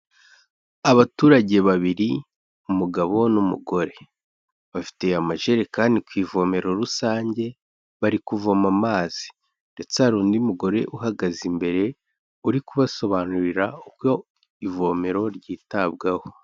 Abaturage babiri umugabo n'umugore bafite amajerekani ku ivomero rusange bari kuvoma amazi, ndetse hari undi mugore uhagaze imbere uri kubasobanurira uko ivomero ryitabwaho.